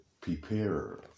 prepare